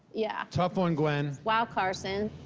yeah. tough one, gwen. wow, carson.